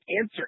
answer